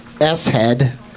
S-head